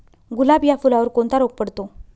गुलाब या फुलावर कोणता रोग पडतो?